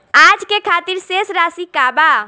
आज के खातिर शेष राशि का बा?